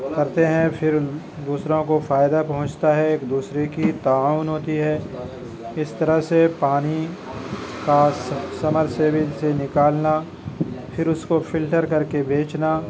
کرتے ہیں پھر دوسروں کو فائدہ پہنچتا ہے ایک دوسرے کی تعاون ہوتی ہے اس طرح سے پانی کا سمرسیول سے نکالنا پھر اس کو فلٹر کر کے بیچنا